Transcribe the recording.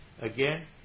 Again